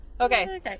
Okay